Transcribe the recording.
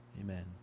Amen